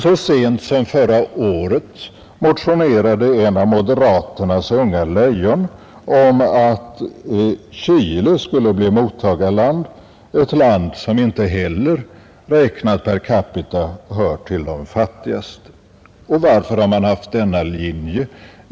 Så sent som förra året motionerade ett av moderaternas unga lejon om att Chile skulle bli mottagarland, ett land som inte heller, räknat per capita, hör till de fattigaste. Varför har man haft denna linje?